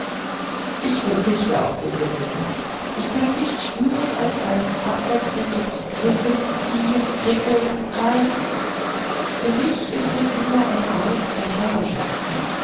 ich verzichte auf den genuß ich kann nichts spüren als ein abwechselndes drücken ziehen prickeln reiben für mich ist das nur eine art